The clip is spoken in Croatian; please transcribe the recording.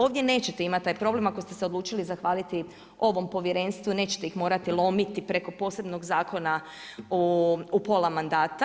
Ovdje nećete imati taj problem ako ste se odlučili zahvaliti ovom povjerenstvu, neće ih morati lomiti preko posebnog Zakona u pola mandata.